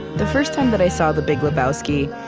the first time that i saw the big lebowski,